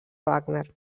wagner